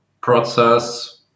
process